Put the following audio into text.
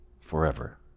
forever